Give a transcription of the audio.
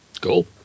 Cool